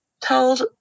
told